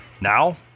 Now